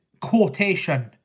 quotation